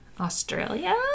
Australia